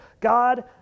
God